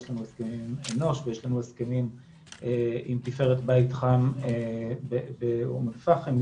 יש לנו את אנוש ויש לנו הסכמים עם בית חם באום אל-פאחם.